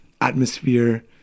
atmosphere